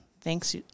Thanks